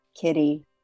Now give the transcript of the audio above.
Kitty